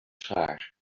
schaar